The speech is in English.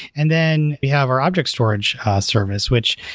and then we have our object storage service, which,